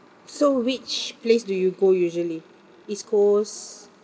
so which place do you go usually east coast